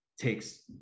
takes